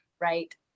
right